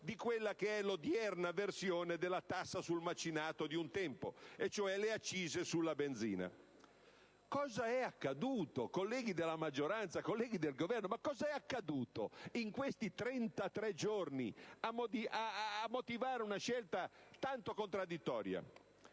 di quella che è l'odierna versione della tassa sul macinato di un tempo, cioè l'accisa sulla benzina. Cosa è accaduto, colleghi della maggioranza, colleghi del Governo, in questi 33 giorni a motivare una scelta tanto contraddittoria?